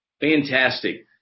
Fantastic